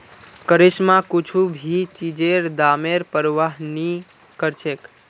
करिश्मा कुछू भी चीजेर दामेर प्रवाह नी करछेक